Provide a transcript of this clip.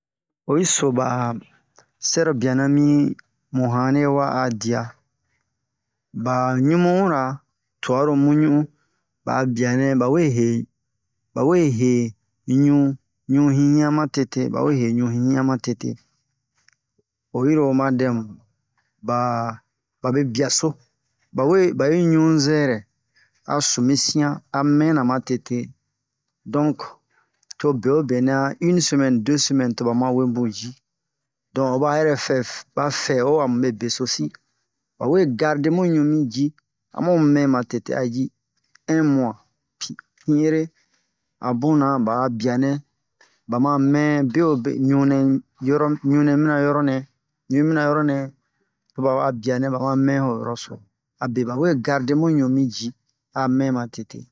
oyi so ba sɛrobia nɛ mi mu hane wa a dia ba ɲumu'u ra tu'aro muɲu'u ba'a bianɛ ba we he ba we he ɲu ɲu hihian ma tete ba we he ɲu hihian ma tete oyi ro oma dɛ mu ba babe biaso ba we a'i ɲu zɛrɛ asu mi sian a mɛna ma tete donk to bewobenɛ a in semɛni de semɛni to ba ma webun ji don hɛ ba yɛrɛ fɛ ba fɛ'o a mube besi ba we garde mu ɲu mi ji a mu mɛ ma tete a ji in mu'a pi pin ere a buna ba'a bianɛ ba ma mɛ bewobe ɲu nɛ yoro ɲu nɛ yi mana yoro nɛ ɲu mana yoro nɛ to ba'a bia nɛ ba ma mɛ ho yoro so a be ba we garde mu ɲu mi ji a mɛ ma tete